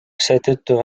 seetõttu